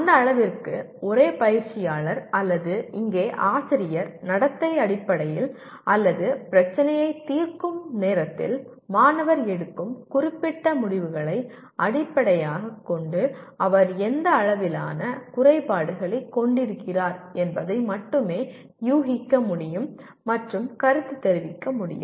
அந்த அளவிற்கு ஒரே பயிற்சியாளர் அல்லது இங்கே ஆசிரியர் நடத்தை அடிப்படையில் அல்லது பிரச்சினையைத் தீர்க்கும் நேரத்தில் மாணவர் எடுக்கும் குறிப்பிட்ட முடிவுகளை அடிப்படையாகக் கொண்டு அவர் எந்த அளவிலான குறைபாடுகளைக் கொண்டிருக்கிறார் என்பதை மட்டுமே யூகிக்க முடியும் மற்றும் கருத்துத் தெரிவிக்க முடியும்